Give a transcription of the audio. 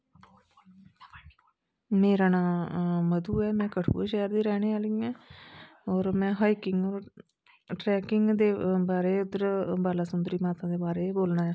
मेरा नांम मधू ऐ में कठुऐ शहर दी राहने आहली ऐ और में हाइकिंग ट्रैकिंग ते बारे च बाला सुंदरी माता दे बारे च बोलना